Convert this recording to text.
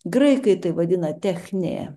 graikai tai vadina technė